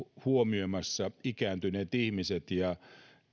huomioimassa ikääntyneet ihmiset ja